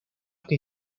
que